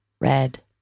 red